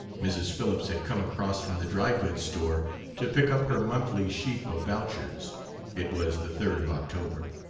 mrs. phillips had come across from the dry-goods store to pick up her monthly sheaf of vouchers it was the third of october.